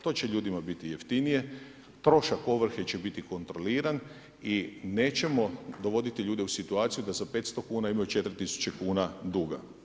To će ljudima biti jeftinije, trošak ovrhe će biti kontroliran i nećemo dovoditi ljude u situaciju da za 500 kuna imaju 4 tisuće kuna duga.